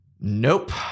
Nope